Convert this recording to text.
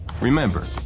Remember